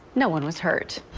no one was hurt.